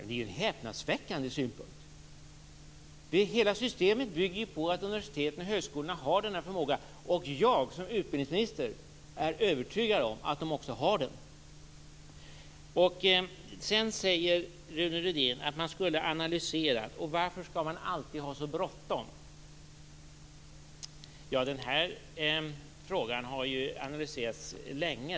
Det är en häpnadsväckande synpunkt. Hela systemet bygger ju på att universiteten och högskolorna har denna förmåga. Jag som utbildningsminister är övertygad om att de också har den. Sedan säger Rune Rydén att man skall analysera och frågar varför man alltid skall ha så bråttom. Ja, den här frågan har analyserats länge.